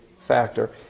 factor